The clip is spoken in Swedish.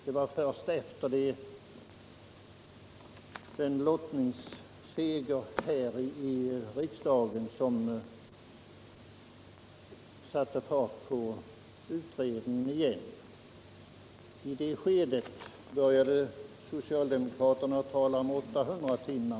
Det var först en lottningsseger här i riksdagen som satte fart på utredningsarbetet igen. I det skedet började socialdemokraterna tala om 800 timmar.